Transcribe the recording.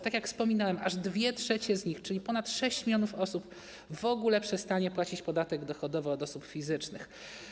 Tak jak wspominałem, aż 2/3 z nich, czyli ponad 6 mln osób w ogóle przestanie płacić podatek dochodowy od osób fizycznych.